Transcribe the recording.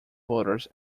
voters